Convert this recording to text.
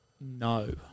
No